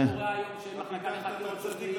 כי מה שקורה היום הוא שאין מחלקה לחקירות שוטרים,